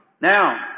Now